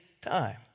time